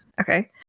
okay